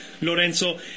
Lorenzo